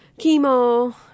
chemo